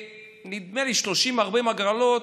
נדמה שזה 30 או 40 הגרלות,